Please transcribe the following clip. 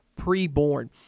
Preborn